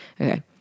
okay